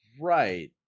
right